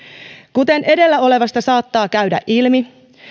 kuten edellä olevasta saattaa käydä ilmi